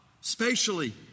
spatially